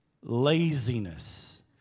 laziness